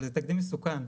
אבל זה תקדים מסוכן.